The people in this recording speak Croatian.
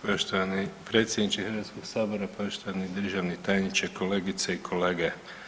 Poštovani predsjedniče Hrvatskog sabora, poštovani Državni tajniče, kolegice i kolege.